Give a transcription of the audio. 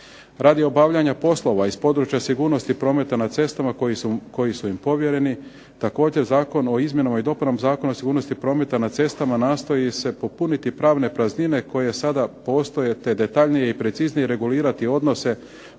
Radi obavljanja poslova iz područja sigurnosti prometa na cestama koji su im povjereni također Zakon o izmjenama i dopunama Zakona o sigurnosti prometa na cestama nastoji se popuniti pravne praznine koje sada postoje te detaljnije i preciznije regulirati odnose